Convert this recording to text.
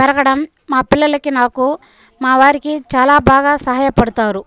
పెరకడం మా పిల్లలకి నాకు మా వారికి చాలా బాగా సహాయ పడతారు